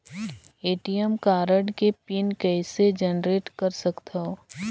ATM card के pin कइसे generate कर सकथव?